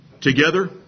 Together